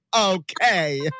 Okay